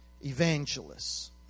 evangelists